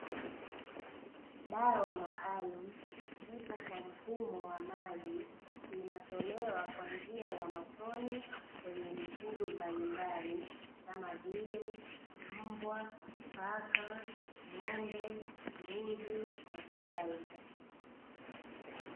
Dawa maalumu ipo kwa mfumo wa maji, inatolewa kwa njia ya matone kwenye mifugo mbalimbali kama vile: mbwa, paka, ng'ombe, mbuzi na kadhalika.